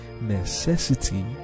Necessity